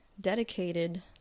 dedicated